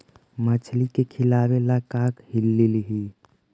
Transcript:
मछली के खिलाबे ल का लिअइ?